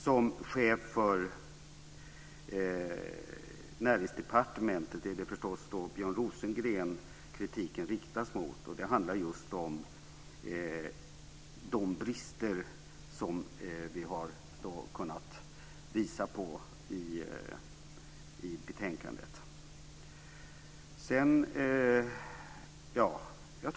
Som chef för Näringsdepartementet är det förstås Björn Rosengren som kritiken riktas mot. Den handlar just om de brister som vi har kunnat visa på i betänkandet.